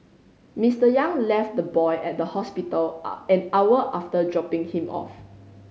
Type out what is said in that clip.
Mister Yang left the boy at the hospital a an hour after dropping him off